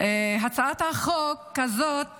הצעת החוק הזאת